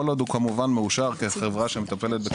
כל עוד הוא מאושר כחברה ש- -- לא,